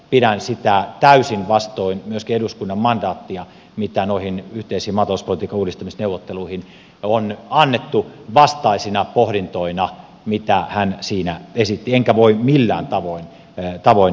pidän sitä täysin vastoin myöskin eduskunnan mandaattia mitä noihin yhteisiin maatalouspolitiikan uudistamisneuvotteluihin on annettu vastaisina pohdintoina mitä hän siinä esitti enkä voi millään tavoin niihin yhtyä